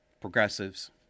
progressives